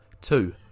two